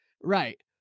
Right